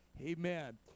Amen